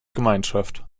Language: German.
gemeinschaft